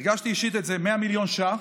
100 מיליון שקל,